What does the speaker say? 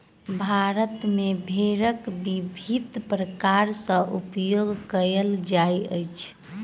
भारत मे भेड़क विभिन्न प्रकार सॅ उपयोग कयल जाइत अछि